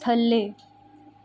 ਥੱਲੇ